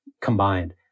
combined